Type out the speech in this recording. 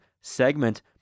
segment